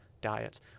diets